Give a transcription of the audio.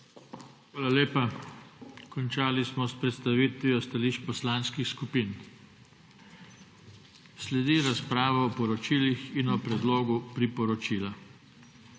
Hvala lepa. Končali smo s predstavitvijo stališč poslanskih skupin. Sledi razprava o poročilih in o predlogu priporočila.